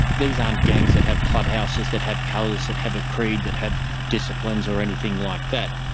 these aren't gangs that have clubhouses, that have colours, that have a creed, that have disciplines or anything like that.